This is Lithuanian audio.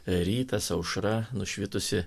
rytas aušra nušvitusi